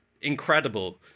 incredible